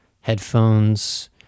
headphones